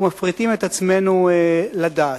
ומפריטים את עצמנו לדעת.